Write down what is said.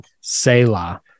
Selah